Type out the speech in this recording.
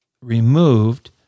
removed